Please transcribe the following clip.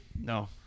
No